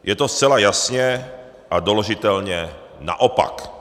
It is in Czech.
Je to zcela jasně a doložitelně naopak.